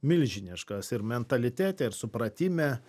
milžiniškas ir mentalitete ir supratime